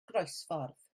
groesffordd